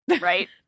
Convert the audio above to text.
Right